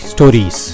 Stories